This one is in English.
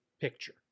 picture